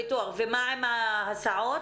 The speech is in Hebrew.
מה עם ההסעות?